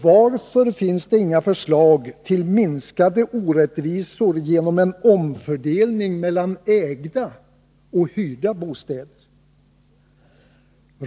Varför finns det inga förslag till minskade orättvisor genom en omfördelning mellan ägda och hyrda bostäder?